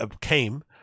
came